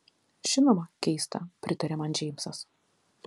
žinoma keista pritarė man džeimsas